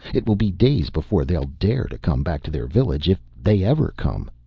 it will be days before they'll dare to come back to their village, if they ever come.